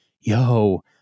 Yo